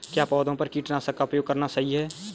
क्या पौधों पर कीटनाशक का उपयोग करना सही है?